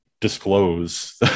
disclose